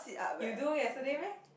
you do yesterday meh